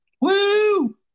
Woo